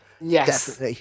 Yes